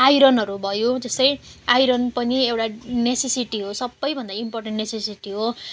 आइरनहरू भयो त्यस्तो आइरन पनि एउटा नेसेसिटी हो सबभन्दा इम्पोर्टेन्ट नेसेसिटी हो